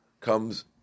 comes